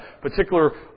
particular